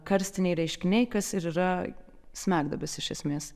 karstiniai reiškiniai kas ir yra smegduobės iš esmės